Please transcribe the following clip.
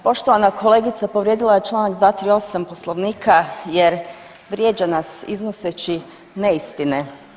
Poštovana kolegica povrijedila je čl. 238. poslovnika jer vrijeđa nas iznoseći neistine.